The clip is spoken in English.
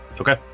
okay